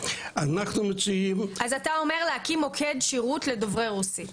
אז אתה אומר: להקים מוקד שירות לדוברי רוסית.